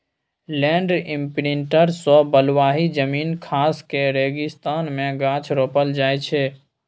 land imprinter सँ बलुआही जमीन खास कए रेगिस्तान मे गाछ रोपल जाइ छै